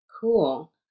Cool